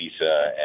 Lisa